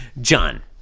John